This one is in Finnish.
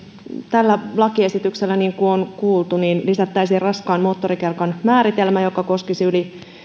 tällä lakiesityksellä niin kuin on kuultu lisättäisiin raskaan moottorikelkan määritelmä joka koskisi yli